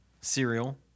Cereal